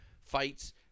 fights